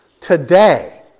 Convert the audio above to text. Today